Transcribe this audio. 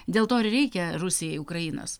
dėl to ir reikia rusijai ukrainos